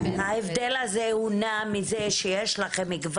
ההבדל הזה הוא מכיוון שיש לכם 6 מיליון שקל